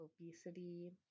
obesity